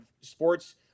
sports